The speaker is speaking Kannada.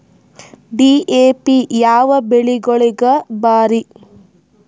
ಡಿ.ಎ.ಪಿ ಯಾವ ಬೆಳಿಗೊಳಿಗ ಭಾರಿ?